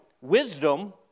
wisdom